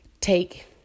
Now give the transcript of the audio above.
take